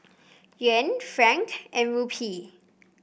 Yuan franc and Rupee